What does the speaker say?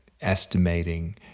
estimating